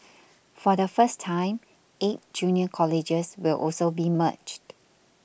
for the first time eight junior colleges will also be merged